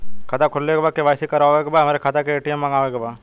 खाता खोले के बा के.वाइ.सी करावे के बा हमरे खाता के ए.टी.एम मगावे के बा?